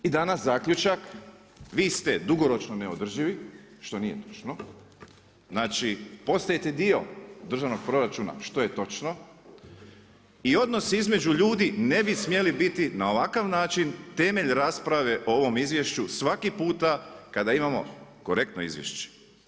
I danas zaključak, vi ste dugoročno neodrživi, što nije točno, znači postajete dio državnog proračuna što je točno i odnos između ljudi ne bi smjeli biti na ovakav način temelj rasprave o ovom izvješću svaki puta kada imamo korektno izvješće.